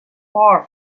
far